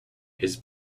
his